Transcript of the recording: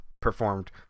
performed